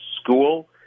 school